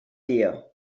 tia